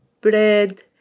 bread